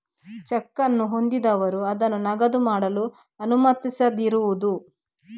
check ಅನ್ನು ಹೊಂದಿರುವವರು ಅದನ್ನು ನಗದು ಮಾಡಲು ಅನುಮತಿಸದಿರುವುದು